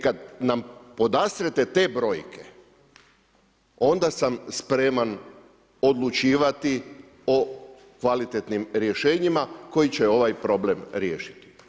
Kad nam podastrete te brojke, onda sam spremam odlučivati o kvalitetnim rješenjima koji će ovaj problem riješiti.